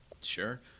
Sure